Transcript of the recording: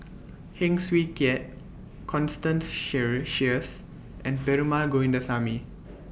Heng Swee Keat Constance shear Sheares and Perumal Govindaswamy